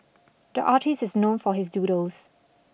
the artist is known for his doodles